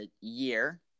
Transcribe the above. year